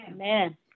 Amen